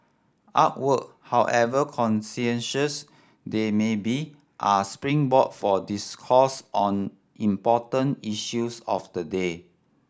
artwork however contentious they may be are springboard for discourse on important issues of the day